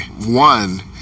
One